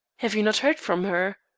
have you not heard from her?